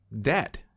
debt